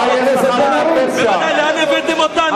בוודאי, לאן הבאתם אותנו?